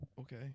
okay